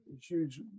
huge